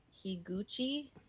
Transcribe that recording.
Higuchi